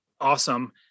awesome